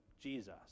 Jesus